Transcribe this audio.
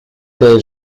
t’ai